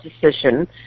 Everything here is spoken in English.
decision